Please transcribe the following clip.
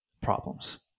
problems